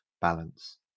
balance